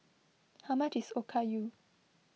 how much is Okayu